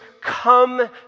come